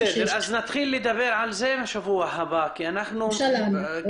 אז נתחיל לדבר על זה בשבוע הבא כי אנחנו צריכים לסיים.